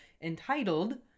entitled